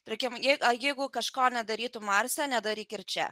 tarkim jeigu kažko nedarytum marse nedaryk ir čia